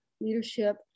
leadership